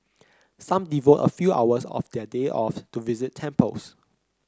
some devote a few hours of their day off to visit temples